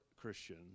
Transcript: Christian